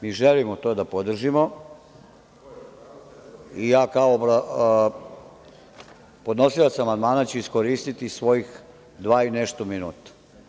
Mi želimo to da podržimo i ja kao podnosilac amandmana ću iskoristiti svojih dva i nešto minuta.